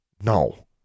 No